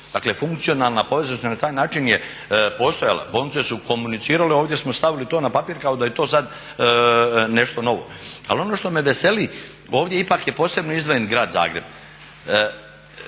Dakle, funkcionalna povezanost na taj način je postojala, bolnice su komunicirale. Ovdje smo stavili to na papir kao da je to sad nešto novo. Ali ono što me veseli ovdje ipak je posebno izdvojen grad Zagreb.